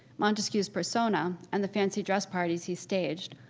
montesquiou's persona and the fancy dress parties he staged,